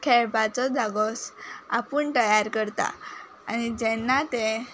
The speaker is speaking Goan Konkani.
खेळपाचो जागो स आपूण तयार करता आनी जेन्ना ते